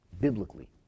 biblically